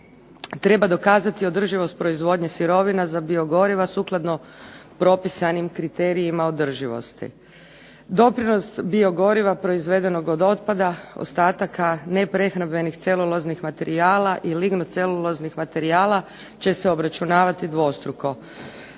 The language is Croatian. treba dokazati održivost proizvodnje sirovina za biogoriva sukladno propisanim kriterijima održivosti. Doprinos biogoriva proizvedenog od otpada, ostataka, neprehrambenih celuloznih materijala i … celuloznih materijala će se obračunavati dvostruko.